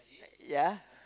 ya